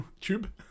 tube